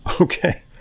okay